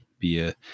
via